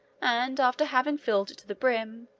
and, after having filled it to the brim,